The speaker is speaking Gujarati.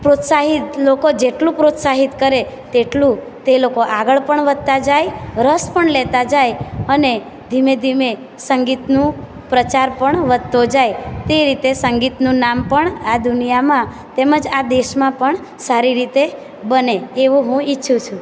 પ્રોત્સાહિત લોકો જેટલું પ્રોત્સાહિત કરે તેટલું તે લોકો આગળ પણ વધતા જાય રસ પણ લેતા જાય અને ધીમે ધીમે સંગીતનું પ્રચાર પણ વધતો જાય તે રીતે સંગીતનું નામ પણ આ દુનિયામાં તેમજ આ દેશમાં પણ સારી રીતે બને એવો હું ઈચ્છું છું